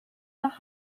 nach